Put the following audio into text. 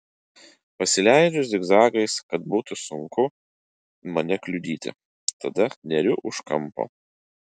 pasileidžiu zigzagais kad būtų sunku mane kliudyti tada neriu už kampo